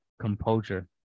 composure